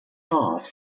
heart